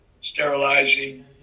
sterilizing